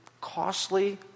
Costly